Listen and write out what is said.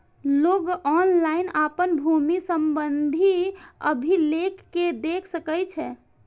लोक ऑनलाइन अपन भूमि संबंधी अभिलेख कें देख सकै छै